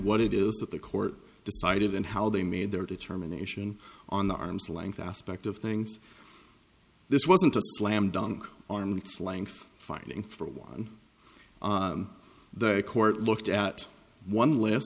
what it is that the court decided and how they made their determination on the arm's length aspect of things this wasn't a slam dunk arm its length fighting for one the court looked at one last